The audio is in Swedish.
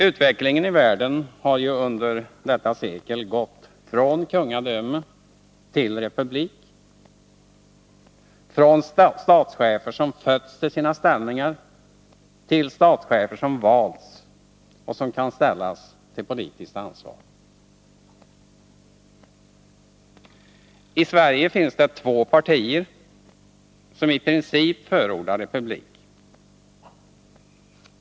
Utvecklingen i världen har ju under detta sekel gått från kungadöme till republik, från statschefer som fötts till sina ställningar till statschefer som valts och som kan ställas till politiskt ansvar. I Sverige finns det två partier som i princip förordar republik.